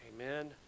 amen